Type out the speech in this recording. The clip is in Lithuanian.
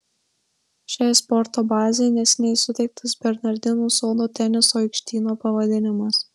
šiai sporto bazei neseniai suteiktas bernardinų sodo teniso aikštyno pavadinimas